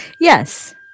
Yes